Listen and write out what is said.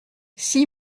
six